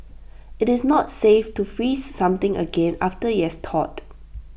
IT is not safe to freeze something again after IT has thawed